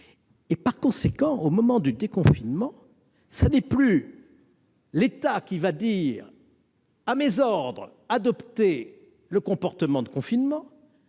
Ainsi, au moment du déconfinement, ce n'est plus l'État qui va dire :« À mes ordres, adoptez le comportement de confinement !